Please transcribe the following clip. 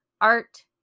art